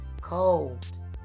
cold